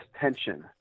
tension